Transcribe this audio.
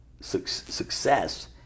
success